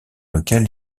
lequel